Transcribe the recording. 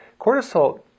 cortisol